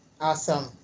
awesome